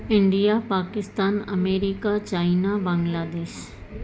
India Pakistan America China Bangladesh